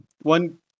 One